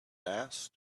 asked